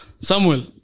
Samuel